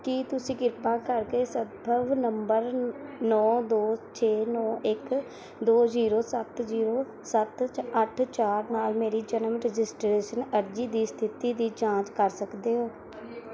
ਕੀ ਤੁਸੀਂ ਕਿਰਪਾ ਕਰਕੇ ਸੰਦਰਭ ਨੰਬਰ ਨੌਂ ਦੋ ਛੇ ਨੌਂ ਇੱਕ ਦੋ ਜ਼ੀਰੋ ਸੱਤ ਜ਼ੀਰੋ ਸੱਤ ਅੱਠ ਚਾਰ ਨਾਲ ਮੇਰੀ ਜਨਮ ਰਜਿਸਟ੍ਰੇਸ਼ਨ ਅਰਜ਼ੀ ਦੀ ਸਥਿਤੀ ਦੀ ਜਾਂਚ ਕਰ ਸਕਦੇ ਹੋ